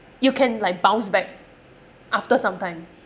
you can like bounce back after some time